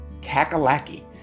Kakalaki